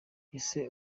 ese